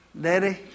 daddy